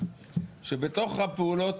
שבתוך הפעולות